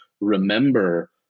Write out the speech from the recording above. remember